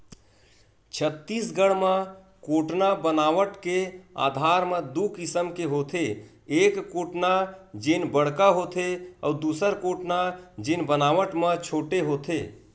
छत्तीसगढ़ म कोटना बनावट के आधार म दू किसम के होथे, एक कोटना जेन बड़का होथे अउ दूसर कोटना जेन बनावट म छोटे होथे